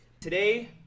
Today